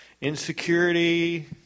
insecurity